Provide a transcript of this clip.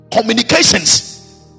communications